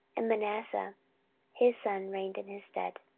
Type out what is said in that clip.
and manasseh his son reigned in his stead.